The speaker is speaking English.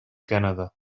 canada